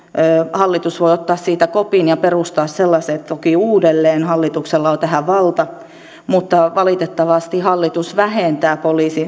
hallitus voi toki ottaa siitä kopin ja perustaa sellaisen uudelleen hallituksella on tähän valta mutta valitettavasti hallitus vähentää